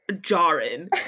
jarring